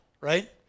right